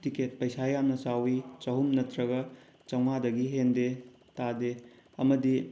ticket ꯄꯩꯁꯥ ꯌꯥꯝꯅ ꯆꯥꯎꯏ ꯆꯍꯨꯝ ꯅꯠꯇ꯭ꯔꯒ ꯆꯥꯝꯃꯉꯥꯗꯒꯤ ꯍꯦꯟꯗꯦ ꯇꯥꯗꯦ ꯑꯃꯗꯤ